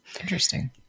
Interesting